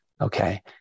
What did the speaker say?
Okay